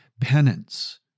Penance